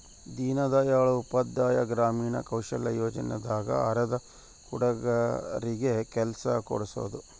ದೀನ್ ದಯಾಳ್ ಉಪಾಧ್ಯಾಯ ಗ್ರಾಮೀಣ ಕೌಶಲ್ಯ ಯೋಜನೆ ದಾಗ ಅರೆದ ಹುಡಗರಿಗೆ ಕೆಲ್ಸ ಕೋಡ್ಸೋದ